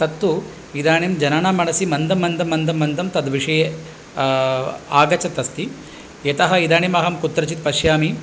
तत्तु इदानीं जनानां मनसि मन्दं मन्दं मन्दं मन्दं तद्विषये आगच्छत् अस्ति यतः इदानीम् अहं कुत्रचित् पश्यामि